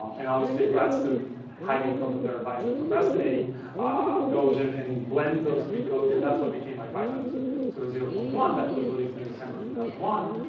um and obviously, a grad student hiding from their advisor and procrastinating goes in and blends those three codes and that's what became my python so so zero point one that was released in december two thousand and one.